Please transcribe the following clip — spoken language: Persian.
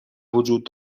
وجود